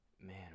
Man